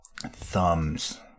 thumbs